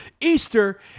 Easter